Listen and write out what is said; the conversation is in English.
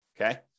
Okay